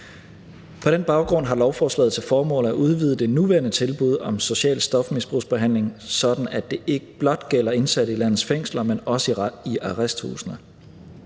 På den baggrund har lovforslaget til formål at udvide det nuværende tilbud om social stofmisbrugsbehandling, sådan at det ikke blot gælder indsatte i landets fængsler, men også i arresthusene.